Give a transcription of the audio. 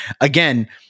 Again